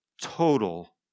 Total